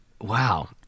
Wow